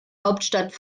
hauptstadt